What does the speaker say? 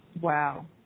Wow